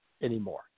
anymore